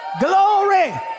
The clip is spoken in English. Glory